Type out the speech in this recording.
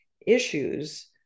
issues